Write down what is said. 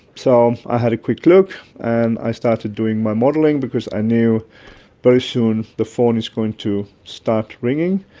so i had a quick look and i started doing my modelling because i knew very soon the phone is going to start ringing,